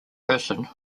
person